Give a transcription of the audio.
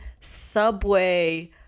Subway